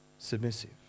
Submissive